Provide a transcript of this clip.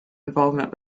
involvement